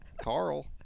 Carl